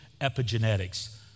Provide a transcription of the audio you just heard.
epigenetics